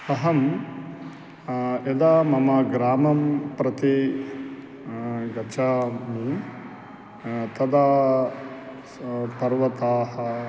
अहं यदा मम ग्रामं प्रति गच्छामि तदा स् पर्वताः